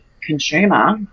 consumer